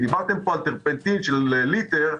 דיברתם על טרפנטין של ליטר.